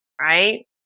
right